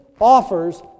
offers